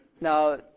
Now